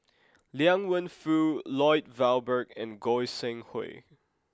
Liang Wenfu Lloyd Valberg and Goi Seng Hui